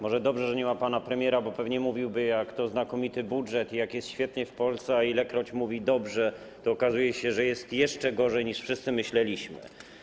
Może dobrze, że nie ma pana premiera, bo pewnie mówiłby, jaki to znakomity budżet, jak jest świetnie w Polsce, a ilekroć mówi „dobrze”, to okazuje się, że jest jeszcze gorzej, niż wszyscy myśleliśmy.